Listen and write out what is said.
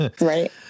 Right